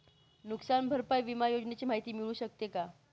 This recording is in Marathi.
नुकसान भरपाई विमा योजनेची माहिती मिळू शकते का?